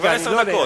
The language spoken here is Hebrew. זה כבר עשר דקות.